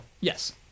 Yes